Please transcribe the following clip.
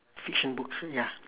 fiction books ya